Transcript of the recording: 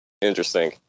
interesting